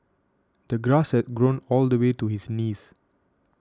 the grass had grown all the way to his knees